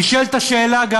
נשאלת גם השאלה: